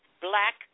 black